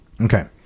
Okay